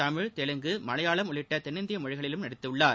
தமிழ் தெலுங்கு மலையளம் உள்ளிட்ட தென்னிந்திய மொழிகளில் நடித்துள்ளார்